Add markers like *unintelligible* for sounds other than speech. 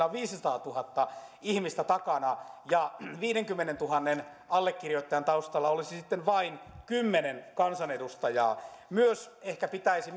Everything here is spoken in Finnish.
*unintelligible* on viisisataatuhatta ihmistä takana ja viidenkymmenentuhannen allekirjoittajan taustalla olisi sitten vain kymmenen kansanedustajaa ehkä pitäisi *unintelligible*